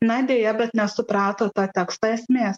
na deja bet nesuprato to teksto esmės